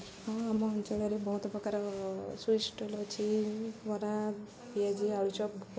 ହଁ ଆମ ଅଞ୍ଚଳରେ ବହୁତ ପ୍ରକାର ସୁଇଟ୍ ଷ୍ଟଲ୍ ଅଛି ବରା ପିଆଜି ଆଳୁଚପ